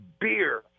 beer